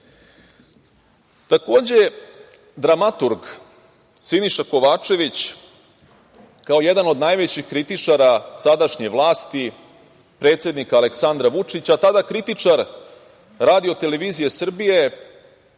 dramaturg Siniša Kovačević, kao jedan od najvećih kritičara sadašnje vlasti, predsednika Aleksandra Vučića, tada kritičar RTS,